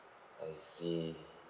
I see